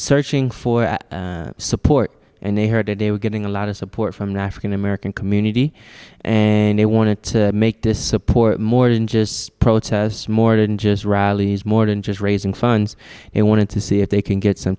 searching for support and they heard today we're getting a lot of support from the african american community and they wanted to make this support more than just protests more didn't just rallies more than just raising funds they wanted to see if they can get some